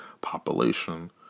population